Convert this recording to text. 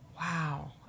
Wow